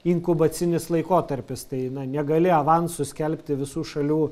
inkubacinis laikotarpis tai na negali avansu skelbti visų šalių